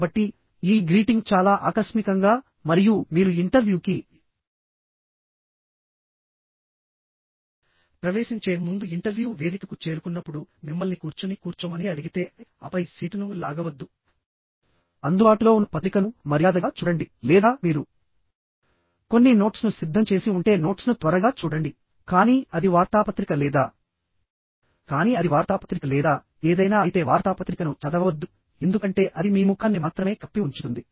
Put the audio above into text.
కాబట్టి ఈ గ్రీటింగ్ చాలా ఆకస్మికంగా మరియు మీరు ఇంటర్వ్యూకి ప్రవేశించే ముందు ఇంటర్వ్యూ వేదికకు చేరుకున్నప్పుడు మిమ్మల్ని కూర్చుని కూర్చోమని అడిగితే ఆపై సీటును లాగవద్దు అందుబాటులో ఉన్న పత్రికను మర్యాదగా చూడండి లేదా మీరు కొన్ని నోట్స్ను సిద్ధం చేసి ఉంటే నోట్స్ను త్వరగా చూడండి కానీ అది వార్తాపత్రిక లేదా కానీ అది వార్తాపత్రిక లేదా ఏదైనా అయితే వార్తాపత్రికను చదవవద్దు ఎందుకంటే అది మీ ముఖాన్ని మాత్రమే కప్పి ఉంచుతుంది